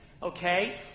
Okay